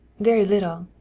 very little.